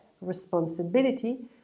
responsibility